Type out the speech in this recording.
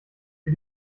für